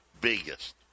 biggest